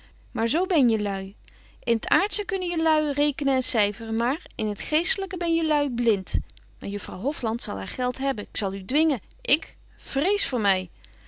maar zo ben je lui in t aardsche kunt jy lui rekenen en cyferen maar in t geestelyke ben je lui blint maar juffrouw hofland zal haar geld hebben ik zal u dwingen ik vrees voor my